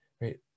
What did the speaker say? right